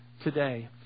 today